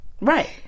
Right